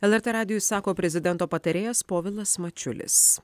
lrt radijui sako prezidento patarėjas povilas mačiulis